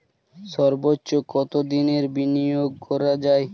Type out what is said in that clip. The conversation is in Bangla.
সর্বোচ্চ কতোদিনের বিনিয়োগ করা যায়?